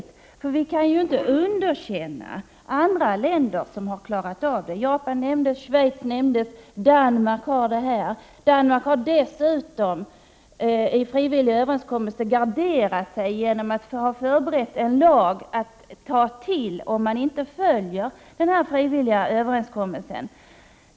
Vi får inte underkänna andra länder som klarat av att lösa problemet — här nämndes Japan, Schweiz, Danmark. Danmark har dessutom genom frivillig överenskommelse garderat sig genom att förbereda en lag som skall träda i kraft om man inte följer den frivilla överenskommelsen.